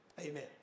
Amen